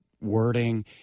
wording